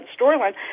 storyline